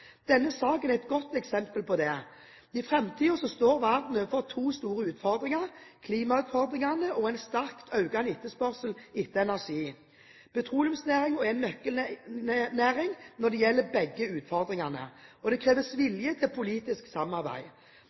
Denne saken er et godt eksempel på det. I framtiden står verden overfor to store utfordringer: klimautfordringene og en sterkt økende etterspørsel etter energi. Petroleumsnæringen er en nøkkelnæring når det gjelder begge utfordringene. Det krever vilje til politisk samarbeid.